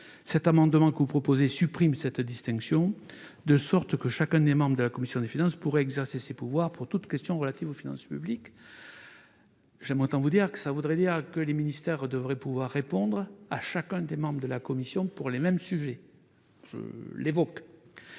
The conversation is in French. L'amendement que vous proposez tend à supprimer cette distinction, de sorte que chacun des membres de la commission des finances pourrait exercer ces pouvoirs pour toute question relative aux finances publiques. Cela signifierait que les ministères devraient répondre à chacun des membres de la commission sur les mêmes sujets. Cette